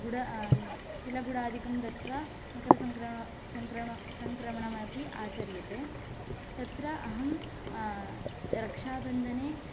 गुढ तिलगुढादिकं दत्वा मकरसङ्क्रण सङ्क्रण सङ्क्रमणमपि आचर्यते तत्र अहं रक्षाबन्धने